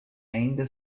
ainda